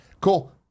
cool